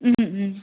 ம் ம்